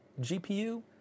GPU